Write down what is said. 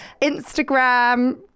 Instagram